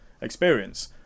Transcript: experience